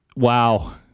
Wow